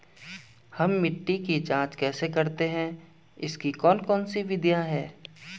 हम मिट्टी की जांच कैसे करते हैं इसकी कौन कौन सी विधियाँ है?